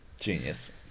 genius